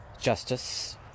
justice